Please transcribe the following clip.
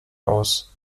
aus